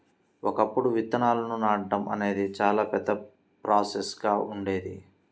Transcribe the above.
ఒకప్పుడు విత్తనాలను నాటడం అనేది చాలా పెద్ద ప్రాసెస్ గా ఉండేది